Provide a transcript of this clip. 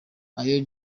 ayo